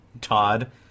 Todd